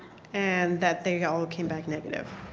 and that they all came back negative.